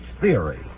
theory